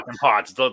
pots